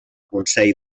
consell